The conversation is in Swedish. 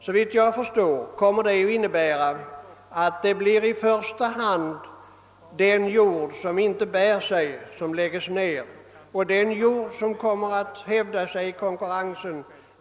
Såvitt jag förstår skall i första hand den jord som inte bär sig läggas ned. Den bästa jorden kommer att hävda sig i konkurrensen.